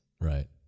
Right